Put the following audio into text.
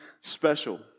special